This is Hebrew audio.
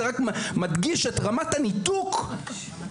שזה פשוט ביזוי של הוועדה.